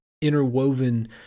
Interwoven